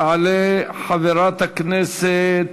תעלה חברת הכנסת,